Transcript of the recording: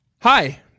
hi